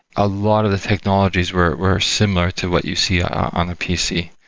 a lot of the technologies were similar to what you see on the pc.